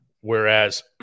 Whereas